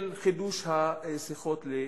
של חידוש השיחות לשלום?